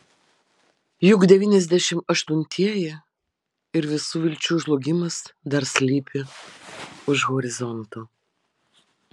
juk devyniasdešimt aštuntieji ir visų vilčių žlugimas dar slypi už horizonto